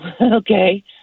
Okay